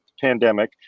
pandemic